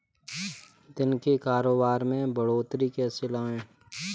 दिन के कारोबार में बढ़ोतरी कैसे लाएं?